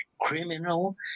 criminal